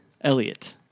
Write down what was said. Elliot